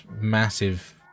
massive